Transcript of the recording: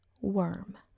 worm